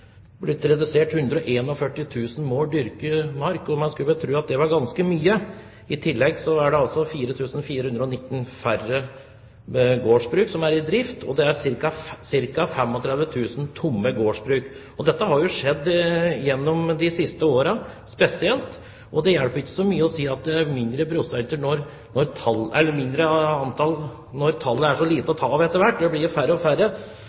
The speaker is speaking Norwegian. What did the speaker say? redusert med 141 000 mål dyrket mark. Man skulle vel tro at det var ganske mye. I tillegg er det altså 4 419 færre gårdsbruk som er i drift, og det er ca. 35 000 tomme gårdsbruk. Dette har jo skjedd gjennom de siste årene spesielt, og det hjelper ikke så mye å si at det er mindre antall når det er så lite å ta av etter hvert – det blir jo færre og færre.